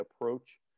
approach